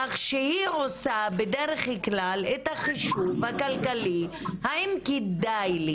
כך שהיא עושה בדרך כלל את החישוב הכלכלי האם כדאי לי